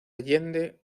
allende